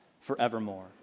forevermore